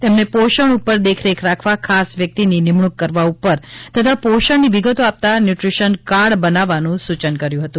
તેમણે પોષણ ઉપર દેખરેખ રાખવા ખાસ વ્યક્તિની નિમણુંક કરવા ઉપર તથા પોષણની વિગતો આપતાં ન્યુટ્રીશીયન કાર્ડ બનાવવાનું સૂચન કર્યું હતું